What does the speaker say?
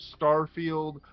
starfield